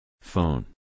Phone